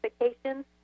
notifications